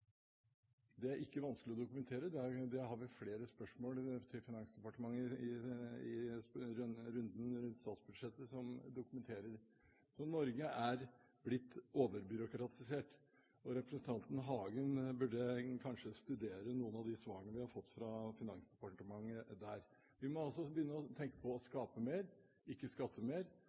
Det er ikke vanskelig å dokumentere. Vi har flere spørsmål til Finansdepartementet i runden rundt statsbudsjettet som dokumenterer det. Så Norge er blitt overbyråkratisert. Og representanten Hagen burde kanskje studere noen av de svarene vi har fått fra Finansdepartementet. Vi må altså begynne å tenke på å skape mer, ikke skatte mer,